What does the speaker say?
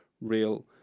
real